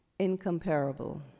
Incomparable